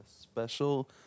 special